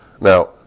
Now